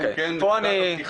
אלא אם כן נקודת הפתיחה